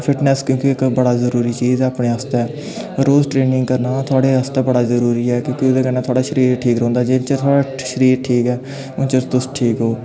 fitness क्योंकि इक बड़ा जरूरी चीज़ ऐ अपने आस्तै रोज़ ट्रेनिंग करना थोआढ़े आस्तै बड़ा जरूरी ऐ क्योंकि ओह्दे कन्नै थोआढ़ा शरीर ठीक रौंह्दा जिन्ने चिर थोआढ़ा शरीर ठीक ऐ उन्ने चिर तुस ठीक ओ